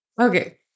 Okay